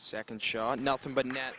second shot nothing but n